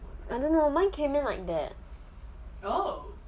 I don't know mine came in like that